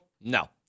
No